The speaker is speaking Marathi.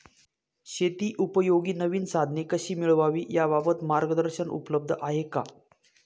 शेतीउपयोगी नवीन साधने कशी मिळवावी याबाबत मार्गदर्शन उपलब्ध आहे का?